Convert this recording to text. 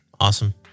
Awesome